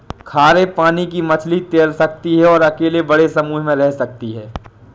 खारे पानी की मछली तैर सकती है और अकेले बड़े समूह में रह सकती है